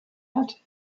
hat